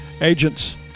Agents